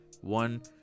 one